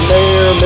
Mayor